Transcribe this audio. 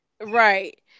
Right